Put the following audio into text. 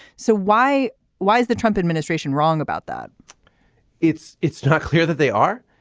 so why why is the trump administration wrong about that it's it's not clear that they are.